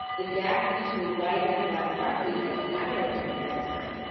the gap between white and black poverty has narrowed during that time,